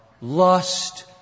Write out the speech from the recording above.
lust